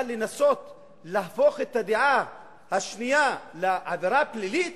אבל לנסות להפוך את הדעה השנייה לעבירה פלילית,